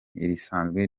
risanzwe